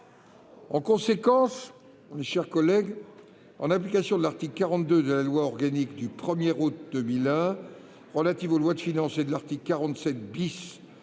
En conséquence, mes chers collègues, en application de l'article 42 de la loi organique du 1 août 2001 relative aux lois de finances et de l'article 47 de